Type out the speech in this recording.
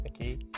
okay